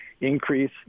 increase